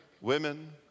women